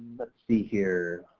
let's see here,